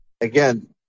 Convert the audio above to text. Again